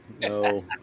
no